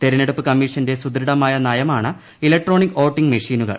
തെരഞ്ഞെടുപ്പ് കമ്മീഷന്റെ സുദൃഡമായ നയമാണ് ഇലക്ട്രോണിക് വോട്ടിങ് മെഷീനുകൾ